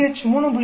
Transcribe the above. pH 3